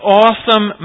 awesome